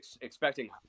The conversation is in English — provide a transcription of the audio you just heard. expecting